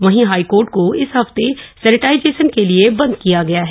वहीं हाईकोर्ट को इस हफ्ते सम्रिटाइजेशन के लिये बन्द किया गया है